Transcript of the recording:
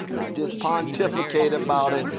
not just pontificate about it,